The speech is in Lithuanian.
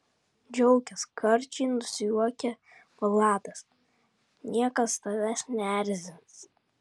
džiaukis karčiai nusijuokia vladas niekas tavęs neerzins